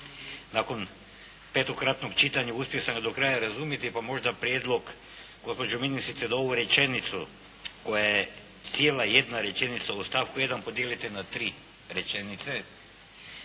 nakon petokratnog čitanja uspio sam je do kraja razumjeti pa možda prijedlog gospođo ministrice da ovu rečenicu koja je cijela jedna rečenica u stavku 1. podijelite na tri rečenice